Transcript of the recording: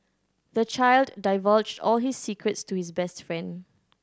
the child divulged all his secrets to his best friend